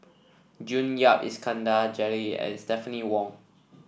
June Yap Iskandar Jalil and Stephanie Wong